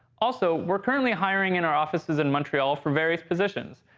also, we are currently hiring in our offices in montreal for various positions.